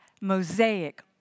Mosaic